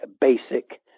basic